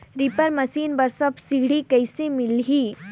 Reaper machine बर subsidy कइसे मिलही?